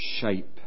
shape